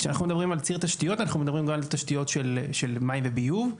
כשאנחנו מדברים על ציר תשתיות אנחנו מדברים גם על תשתיות של מים וביוב,